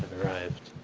arrived.